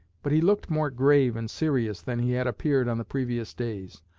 but he looked more grave and serious than he had appeared on the previous days.